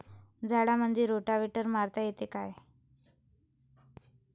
झाडामंदी रोटावेटर मारता येतो काय?